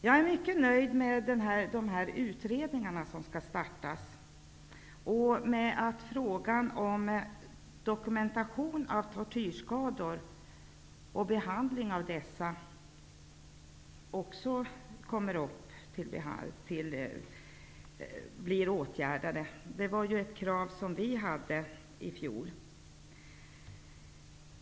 Jag är mycket nöjd med de utredningar som skall startas och att frågan om dokumentation och behandling av tortyrskador skall behandlas. Det var ett krav från oss i Vänsterpartiet.